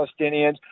palestinians